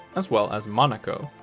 as well as monaco.